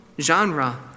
genre